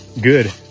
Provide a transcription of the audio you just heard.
good